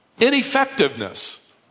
ineffectiveness